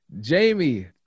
Jamie